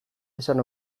esan